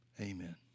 Amen